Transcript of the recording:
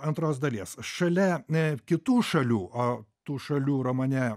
antros dalies šalia a kitų šalių o tų šalių romane